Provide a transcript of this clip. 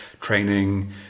training